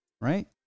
Right